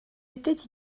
était